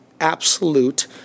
absolute